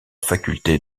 faculté